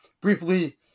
briefly